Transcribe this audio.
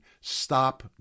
stop